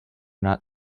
not